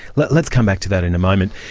let's let's come back to that in a moment.